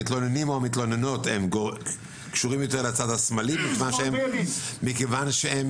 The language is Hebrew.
המתלוננים או המתלוננות הם קשורים יותר לצד השמאלי מכיוון שהם